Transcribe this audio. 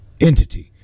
entity